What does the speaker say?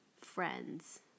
friends